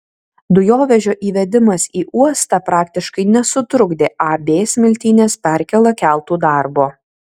dujovežio įvedimas į uostą praktiškai nesutrukdė ab smiltynės perkėla keltų darbo